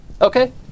Okay